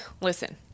Listen